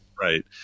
Right